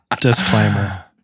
Disclaimer